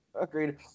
agreed